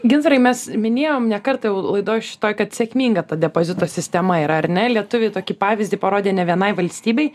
gintarai mes minėjom ne kartą laidoj šitoj kad sėkminga ta depozito sistema yra ar ne lietuviai tokį pavyzdį parodė ne vienai valstybei